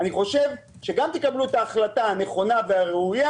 אני חושב שגם תקבלו את ההחלטה הנכונה והראויה